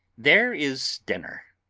there is dinner.